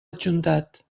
adjuntat